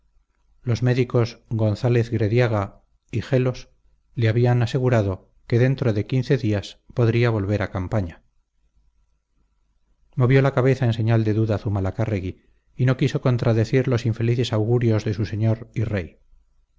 los médicos gonzález grediaga y gelos le habían asegurado que dentro de quince días podría volver a campaña movió la cabeza en señal de duda zumalacárregui y no quiso contradecir los felices augurios de su señor y rey